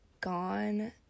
gone